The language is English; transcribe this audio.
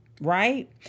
right